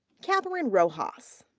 katherine rojas.